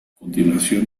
continuación